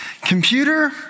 Computer